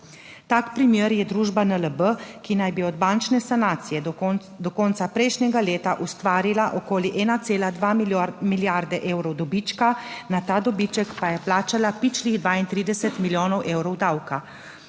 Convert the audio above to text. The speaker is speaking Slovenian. Tak primer je družba NLB, ki naj bi od bančne sanacije do konca prejšnjega leta ustvarila okoli 1,2 milijarde evrov dobička, na ta dobiček pa je plačala pičlih 32 milijonov evrov davka.